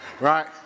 Right